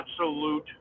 absolute